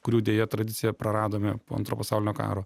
kurių deja tradiciją praradome po antro pasaulinio karo